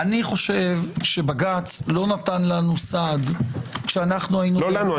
אני חושב שבג"ץ לא נתן לנו סעד- -- לא לנו.